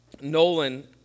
Nolan